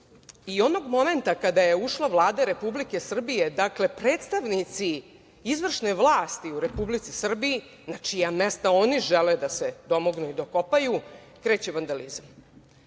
i onog momenta kada je ušla Vlada Republike Srbije, dakle predstavnici izvršne vlasti u Republici Srbiji, čijih mesta oni žele da se domognu i dokopaju, kreće vandalizam.